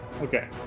Okay